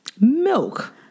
Milk